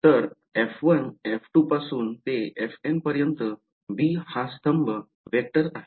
तर f1 f2 पासून ते Fn पर्यन्त b हा स्तंभ वेक्टर आहे